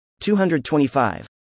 225